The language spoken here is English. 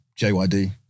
JYD